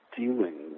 dealing